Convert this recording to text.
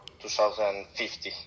2050